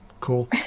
cool